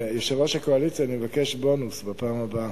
יושב-ראש הקואליציה, אני מבקש בונוס בפעם הבאה,